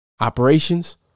Operations